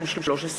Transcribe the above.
התשע"ג 2013,